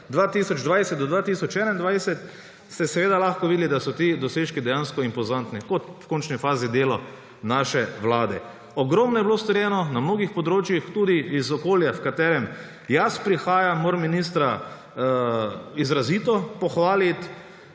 2020–2021 , ste seveda lahko videli, da so ti dosežki dejansko impozantni kot v končni fazi delo naše vlade. Ogromno je bilo storjeno na mnogih področjih tudi iz okolja, v katerem jaz prihajam. Moram ministra izrazito pohvaliti.